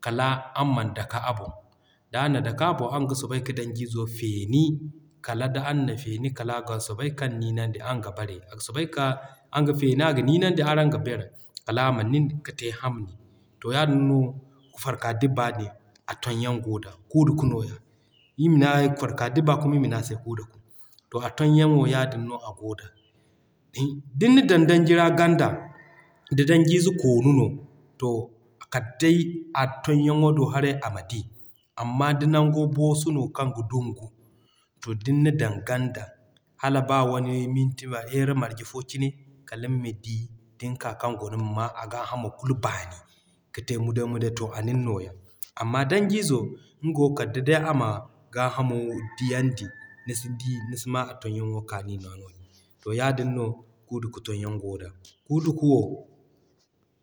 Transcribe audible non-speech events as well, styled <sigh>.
kala araŋ man dake a boŋ, da araŋ na dake a boŋ, araŋ ma soobay ka danji zo feeni. Kala da araŋ na feeni, kala aga soobay kaŋ niinandi araŋ ga bare a soobay ka araŋ ga feeni aga niinandi araŋ ga bare kala ama nine ka te hamni. To yaadin farka dibba din a ton yaŋ goo da, Kuudaku nooya. <unintelligible> farka dibba kuma ir mane a se Kuudakaku. To a ton yaŋ wo yaadin no a goo da. Din na dan danji ra ganda, da danji zey koonu no. To kal day a ton yaŋo do haray ama di. Amma da nango boosu no kaŋ ga dungo to din na dan ganda, hala ba wani minti <hesitation> heura marje fo cine kaliŋ ma di, din ka kan guna a ga hamo kulu baani ka te muday muday. To a nini nooya. Amman danji zo nga wo kala da day ama g'a hamo diyandi nisi d'i nisi ma a ton yaŋo kaani nooya noodin. To yaadin no Kuudaku ton yaŋ goo da. Kuudaku wo.